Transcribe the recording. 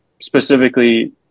specifically